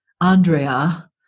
Andrea